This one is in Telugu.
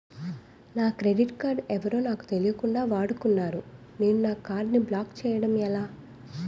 నా క్రెడిట్ కార్డ్ ఎవరో నాకు తెలియకుండా వాడుకున్నారు నేను నా కార్డ్ ని బ్లాక్ చేయడం ఎలా?